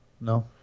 no